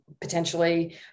potentially